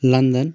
London